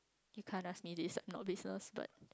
you kind of me this not business but